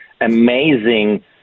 amazing